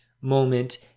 moment